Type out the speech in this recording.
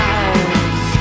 eyes